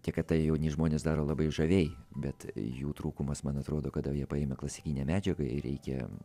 tiek kad tai jauni žmonės daro labai žaviai bet jų trūkumas man atrodo kada jie paėmę klasikinę medžiagą jai reikia